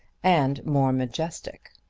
and more majestic.